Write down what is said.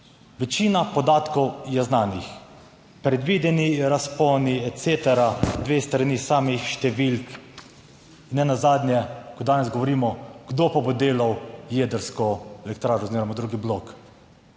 večina podatkov je znanih, predvideni razponi, etc, dve strani samih številk, in nenazadnje, ko danes govorimo, kdo pa bo delal jedrsko elektrarno oziroma drugi blok.